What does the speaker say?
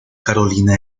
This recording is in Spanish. carolina